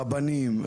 רבנים,